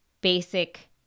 basic